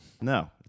No